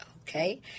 Okay